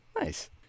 Nice